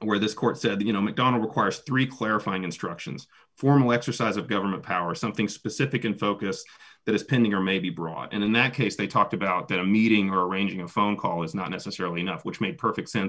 where this court said you know mcdonnell requires three clarifying instructions formal exercise of government power something specific and focused that is pending or may be brought in in that case they talked about that a meeting or arranging a phone call is not necessarily enough which made perfect sense